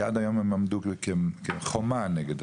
כי עד היום הם עמדו כחומה נגד.